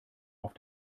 auf